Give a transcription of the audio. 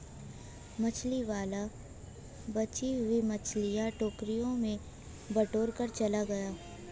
मछली वाला बची हुई मछलियां टोकरी में बटोरकर चला गया